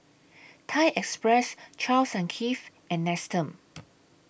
Thai Express Charles and Keith and Nestum